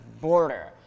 Border